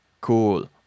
Cool